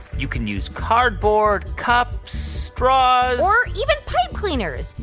you can use cardboard, cups, straws or even pipe cleaners.